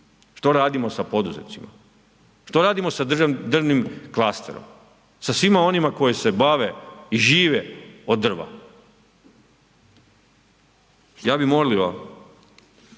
Što radimo sa poduzetnicima, što radimo sa drvnim klasterom, sa svima onima koji se bave i žive od drva? Ja bih molio